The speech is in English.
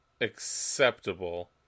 acceptable